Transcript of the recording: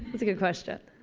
that's a good question.